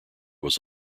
was